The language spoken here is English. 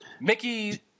Mickey